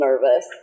nervous